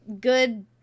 Good